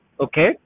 okay